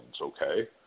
okay